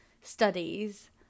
studies